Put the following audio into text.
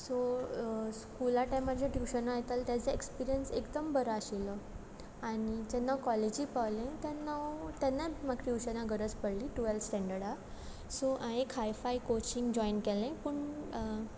so स्कुला टायमार जें ट्युशना वयतालें तेज एक्सपिरियंस एकदम बरो आशिल्लो आनी जेन्ना कॉलेजी पावलें तेन्ना तेन्नाय म्हाक ट्युशना गरज पडली टुवेल्थ स्टेंडर्डा सो हांय एक हाय फाय कोचिंग जॉयन केलें पूण